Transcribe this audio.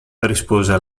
rispose